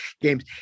games